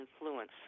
influence